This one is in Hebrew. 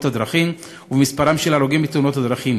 הדרכים ובמספר ההרוגים בתאונות הדרכים.